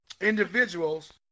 individuals